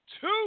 two